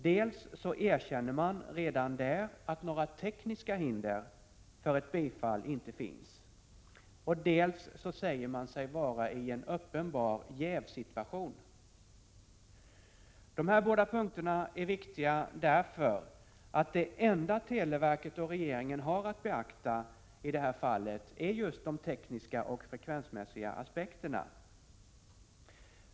Dels erkänner man redan där att några tekniska hinder för ett bifall inte finns, dels säger man sig vara i en uppenbar jävssituation. De här båda punkterna är viktiga, eftersom det enda televerket och regeringen har att beakta i det här fallet är just de tekniska och frekvensmässiga aspekterna.